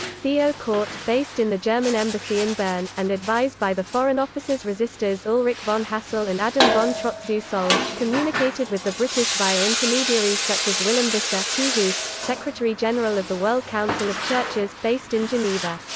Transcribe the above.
theo kordt, based in the german embassy in bern, and advised by the foreign officers resisters ulrich von hassell and adam von trott zu solz, communicated with the british via intermediaries such as willem visser t hooft, secretary-general of the world council of churches, based in geneva.